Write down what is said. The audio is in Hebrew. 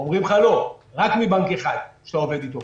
אומרים לך: לא, רק מבנק אחד שאתה עובד איתו.